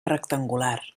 rectangular